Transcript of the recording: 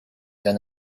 than